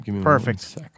Perfect